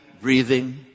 breathing